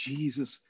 Jesus